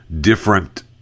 different